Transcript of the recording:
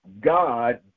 God